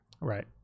Right